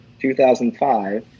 2005